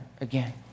again